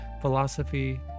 philosophy